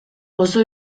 oso